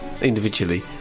individually